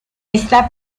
está